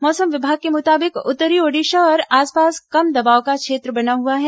मौसम विभाग के मुताबिक उत्तरी ओडिशा और आसपास कम दबाव का क्षेत्र बना हुआ है